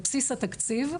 בבסיס התקציב,